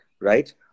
right